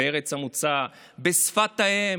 בארץ המוצא ובשפת האם.